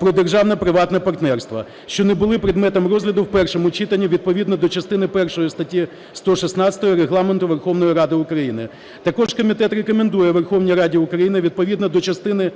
"Про державно-приватне партнерство", що не були предметом розгляду в першому читанні відповідно до частини першої статті 116 Регламенту Верховної Ради України. Також комітет рекомендує Верховній Раді України відповідно до частини